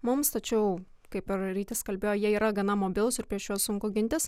mums tačiau kaip ir rytis kalbėjo jie yra gana mobilūs ir prieš juos sunku gintis